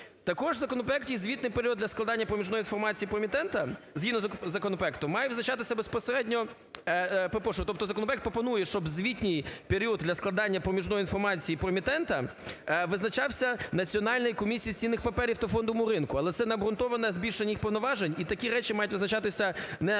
Також у законопроекті є звітний період для складання проміжної інформації про емітента, згідно із законопроектом, має визначатися безпосередньо… Перепрошую, тобто законопроект пропонує, щоб звітний період для складання проміжної інформації про емітента визначався Національною комісією з цінних паперів та фондового ринку, але це необґрунтоване збільшення їх повноважень, і такі речі мають визначатися не Національною